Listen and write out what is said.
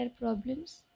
problems